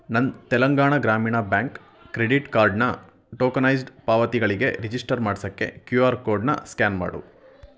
ನನ್ನ Telangana Grameena bank credit ಕಾರ್ಡನ್ನ tokenised ಪಾವತಿಗಳಿಗೆ ರಿಜಿಸ್ಟರ್ ಮಾಡ್ಸಕ್ಕೆ ಕ್ಯೂ ಆರ್ ಕೋಡನ್ನ ಸ್ಕ್ಯಾನ್ ಮಾಡು